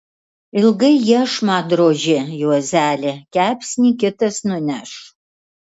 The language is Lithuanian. ilgai iešmą droži juozeli kepsnį kitas nuneš